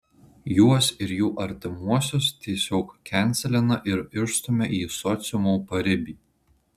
juos ir jų artimuosius tiesiog kenselina ir išstumia į sociumo paribį